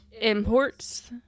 imports